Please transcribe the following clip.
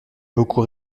beaucoup